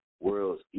World's